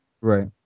Right